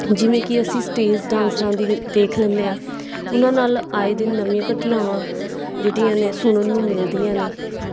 ਜਿਵੇਂ ਕਿ ਅਸੀਂ ਸਟੇਜ ਡਾਂਸਰਾ ਦੀ ਦੇਖ ਲੈਂਦੇ ਹਾਂ ਉਹਨਾਂ ਨਾਲ ਆਏ ਦਿਨ ਨਵੀਆਂ ਘਟਨਾਵਾਂ ਜਿਹੜੀਆਂ ਨੇ ਸੁਣਨ ਨੂੰ ਮਿਲਦੀਆਂ ਨੇ